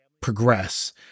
progress